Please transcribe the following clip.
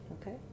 Okay